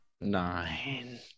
nine